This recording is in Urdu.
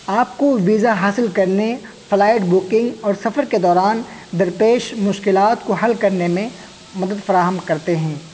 آپ کو ویزا حاصل کرنے فلائٹ بکنگ اور سفر کے دوران درپیش مشکلات کو حل کرنے میں مدد فراہم کرتے ہیں